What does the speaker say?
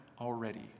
already